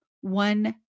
one